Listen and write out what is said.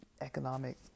economic